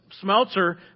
smelter